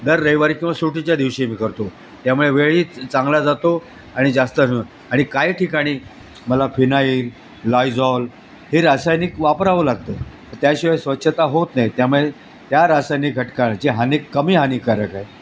दर रविवारी किंवा सुटीच्या दिवशी मी करतो त्यामुळे वेळही चांगला जातो आणि जास्त न आणि काय ठिकाणी मला फिनाईल लायझॉल हे रासायनिक वापरावं लागतं त्याशिवाय स्वच्छता होत नाही त्यामुळे त्या रासायनिक घटकाचे हानिक कमी हानिकारक आहे